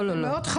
לא.